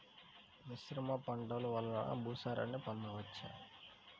మిశ్రమ పంటలు వలన భూసారాన్ని పొందవచ్చా?